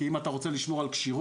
כי אם אתה רוצה לשמור על כשירות,